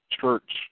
church